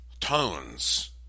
tones